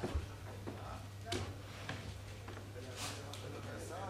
אדוני היושב-ראש,